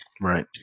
Right